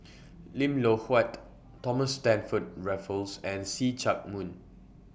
Lim Loh Huat Thomas Stamford Raffles and See Chak Mun